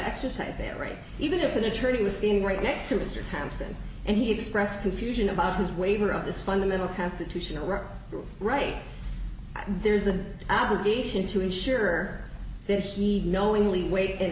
exercise that right even if an attorney was sitting right next to mr townson and he expressed confusion about his waiver of this fundamental constitutional right there's an obligation to ensure that if he knowingly wait and